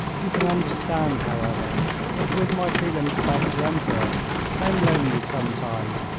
you can understand, however that with my feelings about the emperor i am lonely sometimes,